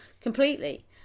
completely